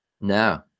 No